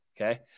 okay